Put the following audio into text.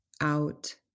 out